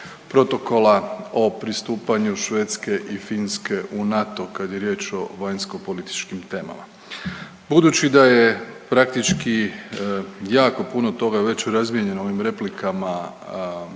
protokola o pristupanju Švedske i Finske u NATO kad je riječ o vanjskopolitičkim temama. Budući da je praktički jako puno toga je već razmijenjeno u ovim replikama